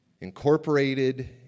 Incorporated